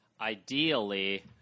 Ideally